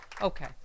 Okay